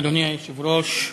אדוני היושב-ראש,